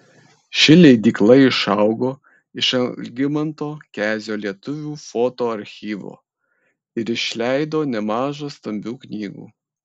ši leidykla išaugo iš algimanto kezio lietuvių foto archyvo ir išleido nemaža stambių knygų